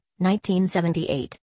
1978